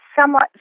somewhat